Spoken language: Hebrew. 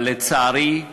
אבל, לצערי,